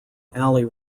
alley